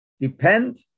depend